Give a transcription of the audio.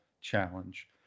challenge